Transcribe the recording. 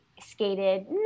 skated